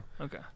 Okay